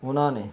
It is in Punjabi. ਉਨਾਂ ਨੇ